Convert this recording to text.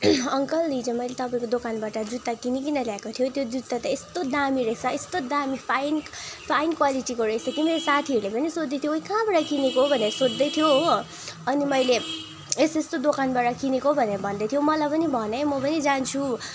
uncle हिजो मैले तपाईँको दोकानबाट जुत्ता किनिकन ल्याएको थियो त्यो जुत्ता त यस्तो दामी रहेछ यस्तो दामी फाइन फाइन क्वालिटीको रहेछ कि मेरो साथीहरूले पनि सोध्दै थियो ओए कहाँबाट किनेको भनेर सोध्दै थियो हो अनि मैले यस यस्तो दोकानबाट किनेको भनेर भनिदिएको थियो मलाई पनि भन है म पनि जान्छु